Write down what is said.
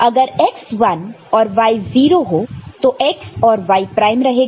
अगर x 1 और y 0 हो तो x और y प्राइम रहेगा